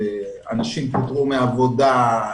אנשים פוטרו מהעבודה,